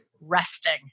resting